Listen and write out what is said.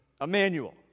Emmanuel